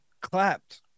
clapped